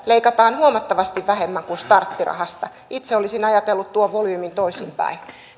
leikataan huomattavasti vähemmän kuin starttirahasta itse olisin ajatellut tuon volyymin toisinpäin